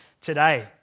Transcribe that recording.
today